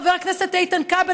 חבר הכנסת איתן כבל,